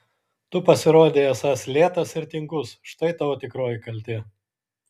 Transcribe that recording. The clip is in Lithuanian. tu pasirodei esąs lėtas ir tingus štai tavo tikroji kaltė